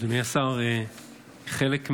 לשר הרווחה והביטחון החברתי, השר יעקב מרגי,